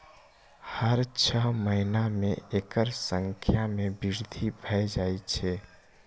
हर छह महीना मे एकर संख्या मे वृद्धि भए जाए छै